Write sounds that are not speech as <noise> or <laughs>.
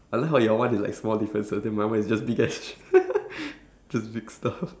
I like how your one is like small differences then my one is just big ass <laughs> just big stuff